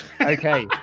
Okay